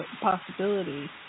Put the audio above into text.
possibility